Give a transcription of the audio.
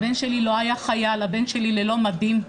הבן שלי לא היה חייל, הבן שלי ללא מדים.